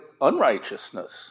unrighteousness